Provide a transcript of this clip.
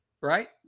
right